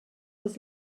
was